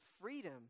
freedom